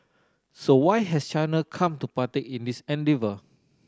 so why has China come to partake in this endeavour